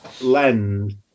lend